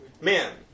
men